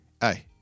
Hey